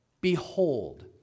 Behold